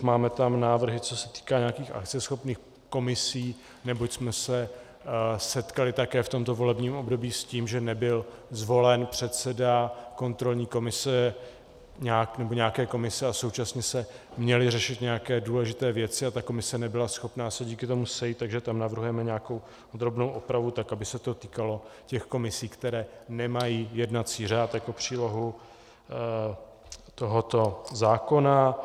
Máme tam návrhy, co se týká nějakých akceschopných komisí, neboť jsme se setkali také v tomto volebním období s tím, že nebyl zvolen předseda kontrolní komise nebo nějaké komise, a současně se měly řešit nějaké důležité věci a ta komise nebyla schopna se díky tomu sejít, takže tam navrhujeme drobnou opravu tak, aby se to týkalo těch komisí, které nemají jednací řád jako přílohu tohoto zákona.